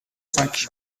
cinq